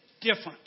different